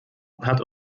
hat